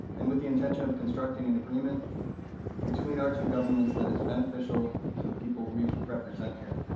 and with the intention of constructing an agreement between our two governments that is beneficial to the people we represent here.